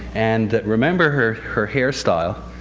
and remember her her hairstyle.